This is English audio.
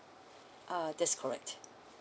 uh that's correct